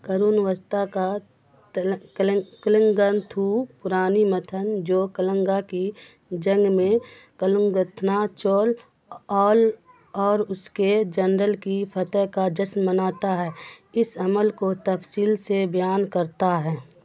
قرون وسطیٰ کا کلینگنتھو پرانی متھن جو کلنگا کی جنگ میں کلونگتھنا چول اول اور اس کے جنرل کی فتح کا جشن مناتا ہے اس عمل کو تفصیل سے بیان کرتا ہے